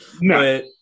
No